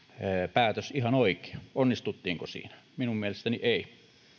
päätös ihan oikea onnistuttiinko siinä minun mielestäni ei